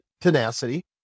tenacity